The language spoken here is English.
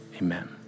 amen